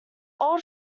old